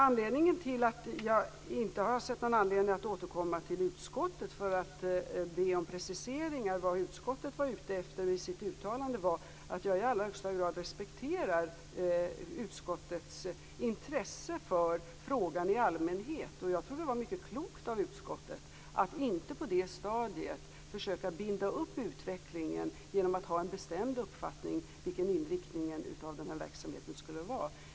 Anledningen till att jag inte funnit något skäl att återkomma till utskottet för att be om preciseringar av vad utskottet var ute efter i sitt uttalande var att jag i allra högsta grad respekterar utskottets intresse för frågan i allmänhet. Jag tror att det var mycket klokt av utskottet att på dåvarande stadium inte försöka binda upp utvecklingen genom att ha en bestämd uppfattning om vilken inriktning den här verksamheten skulle ha.